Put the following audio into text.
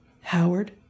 Howard